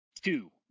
Two